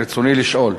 רצוני לשאול: